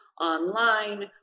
online